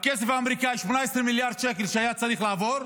שהכסף האמריקאי, 18 מיליארד שקל, שהיה צריך לעבור,